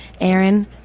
Aaron